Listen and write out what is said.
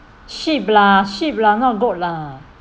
sheep lah sheep lah not goat lah